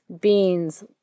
beans